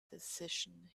decision